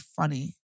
funny